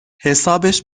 حسابش